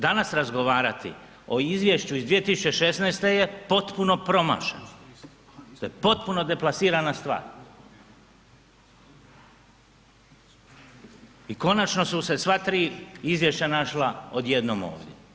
Danas razgovarati o izvješću iz 2016. je potpuno promašeno, potpuno deplasirana stvar i konačno su se sva 3 izvješća našla odjednom ovdje.